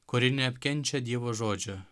kuri neapkenčia dievo žodžio